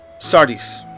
Sardis